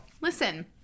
listen